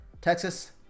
Texas